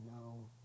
no